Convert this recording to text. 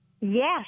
yes